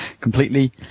completely